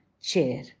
chair